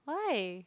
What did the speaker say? why